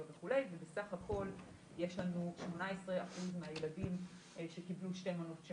7 וכו' ובסך הכל יש לנו 18% מהילדים שקיבלו שתי מנות של